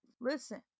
listen